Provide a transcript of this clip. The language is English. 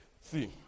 See